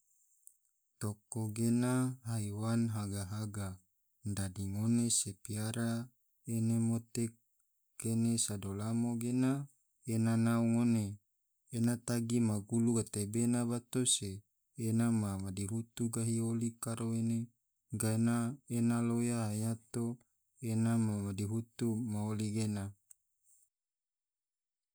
Toko gena haiwan haga-haga, dadi ngone na piara ene mote kene sado lamo gena ena nau ngone ena tagi ma gulu gatebena bato se ena ma madihutu gahi oli karo ene ge ena loya yato ena ma madihutu ma oli gena.